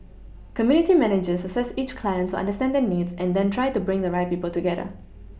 community managers assess each client to understand their needs and then try to bring the right people together